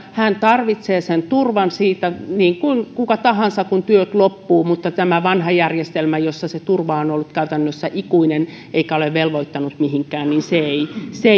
hän tarvitsee sen turvan niin kuin kuka tahansa kun työt loppuvat mutta tämä vanha järjestelmä jossa se turva on on ollut käytännössä ikuinen eikä ole velvoittanut mihinkään ei